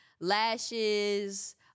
lashes